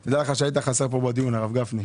היית חסר פה בדיון,